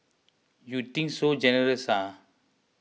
you think so generous ah